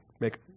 make